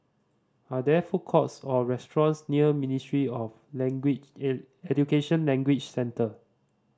are there food courts or restaurants near Ministry of Language and Education Language Centre